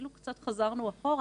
קצת חזרנו אחורה,